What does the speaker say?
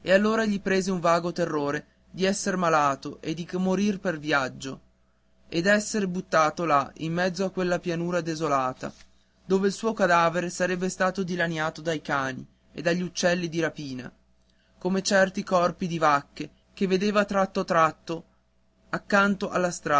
e allora gli prese un vago terrore di cader malato e di morir per viaggio e d'esser buttato là in mezzo a quella pianura desolata dove il suo cadavere sarebbe stato dilaniato dai cani e dagli uccelli di rapina come certi corpi di cavalli e di vacche che vedeva tratto tratto accanto alla